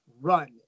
run